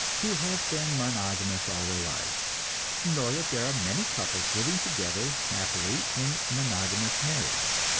who have been monogamous all their lives nor that there are many couples living together happily in monogamous marriage.